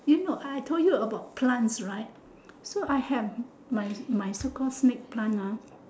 you know I told you about plants right so I have my my so called snake plant ah